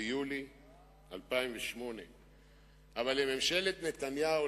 ביוני 2008. אבל לממשלת נתניהו,